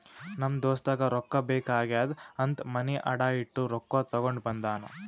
ನಮ್ ದೋಸ್ತಗ ರೊಕ್ಕಾ ಬೇಕ್ ಆಗ್ಯಾದ್ ಅಂತ್ ಮನಿ ಅಡಾ ಇಟ್ಟು ರೊಕ್ಕಾ ತಗೊಂಡ ಬಂದಾನ್